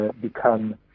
become